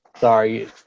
Sorry